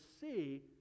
see